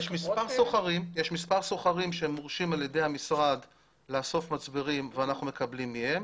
יש מספר סוחרים שמורשים על ידי המשרד לאסוף מצברים ואנחנו מקבלים מהם